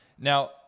Now